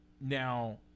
Now